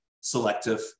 selective